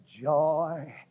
joy